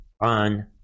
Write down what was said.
on